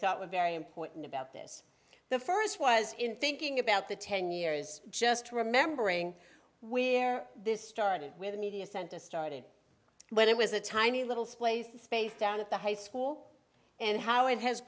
thought were very important about this the first was in thinking about the ten years just remembering where this started with a media center starting when i was a tiny little splays the space down at the high school and how it has